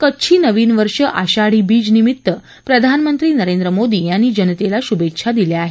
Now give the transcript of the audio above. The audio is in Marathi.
कच्छी नवीन वर्ष आषाढी बीज निमित्त प्रधानमंत्री नरेंद्र मोदी यांनी जनतेला शुभेच्छा दिल्या आहेत